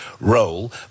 role